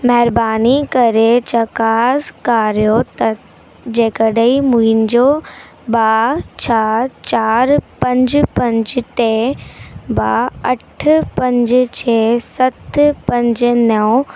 महिरबानी करे चकासु करियो त जे कॾहिं मुंहिंजो ॿ छह चार पंज पंज टे ॿ अठ पंज छह सत पंज नौ